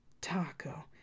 Taco